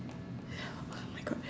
oh my god